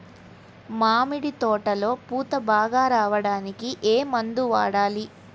మామిడి తోటలో పూత బాగా రావడానికి ఏ మందు వాడాలి?